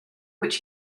which